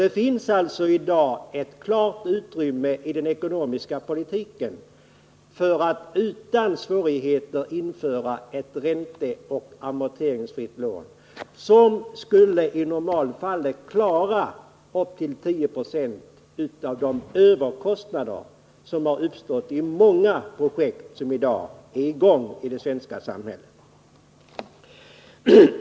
Det finns alltså i dag ett klart utrymme i den ekonomiska politiken för att utan svårigheter införa ett ränteoch amorteringsfritt lån, som i normalfallet skulle klara upp till 10 96 av de överkostnader som har uppstått i många projekt som i dag är i gång i det svenska samhället.